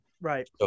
Right